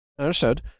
understood